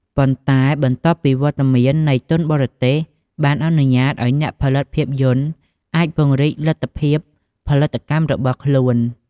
ប៉ុន្តែបន្ទាប់ពីវត្តមាននៃ ទុនបរទេស បានអនុញ្ញាតឱ្យអ្នកផលិតភាពយន្តអាច ពង្រីកលទ្ធភាពផលិតកម្មរបស់ខ្លួន។